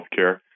healthcare